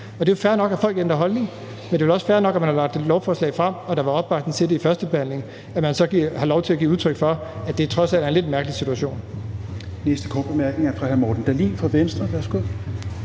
Det er fair nok, at folk ændrer holdning, men det er vel også fair nok, at man, når man har lagt et lovforslag frem og der var opbakning til det ved førstebehandlingen, så har lov til at give udtryk for, at det trods alt er en lidt mærkelig situation.